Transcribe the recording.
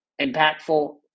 Impactful